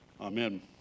Amen